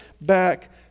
back